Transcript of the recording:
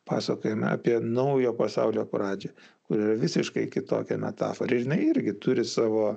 pasakojome apie naujo pasaulio pradžią kur yra visiškai kitokia metafora ir jinai irgi turi savo